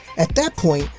at that point,